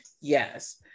Yes